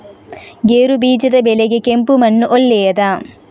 ಗೇರುಬೀಜದ ಬೆಳೆಗೆ ಕೆಂಪು ಮಣ್ಣು ಒಳ್ಳೆಯದಾ?